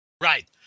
Right